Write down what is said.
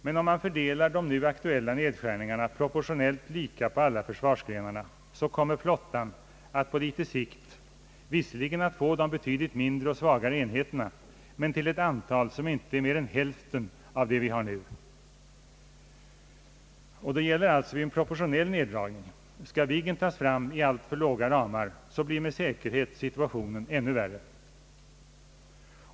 Men om man fördelar de nu aktuella nedskärningarna proportionellt lika på alla försvarsgrenarna, så kommer flottan att på sikt visserligen få de betydligt mindre och svagare enheterna men till ett antal som inte är mer än hälften mot vad vi har nu. Detta gäller alltså vid en proportionell neddragning. Skall Viggen tas fram i alltför låga ramar, så blir med säkerhet situationen ännu värre.